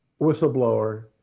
whistleblower